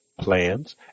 plans